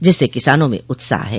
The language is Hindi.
जिससे किसानों में उत्साह है